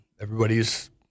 Everybody's